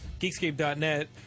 geekscape.net